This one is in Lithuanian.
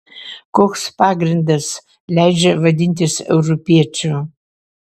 koks pagrindas leidžia vadintis europiečiu